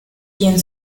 quién